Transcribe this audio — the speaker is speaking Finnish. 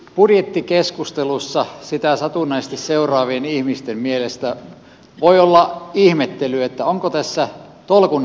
budjettikeskustelussa sitä satunnaisesti seuraavien ihmisten mielestä voi olla ihmettelyä onko tässä tolkun häivää